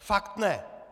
Fakt ne!